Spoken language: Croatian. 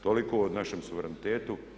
Toliko o našem suverenitetu.